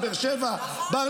באר שבע, באר שבע.